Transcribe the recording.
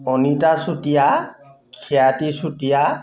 Anita Chutia Khyati Chutia